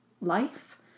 life